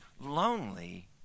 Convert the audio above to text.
lonely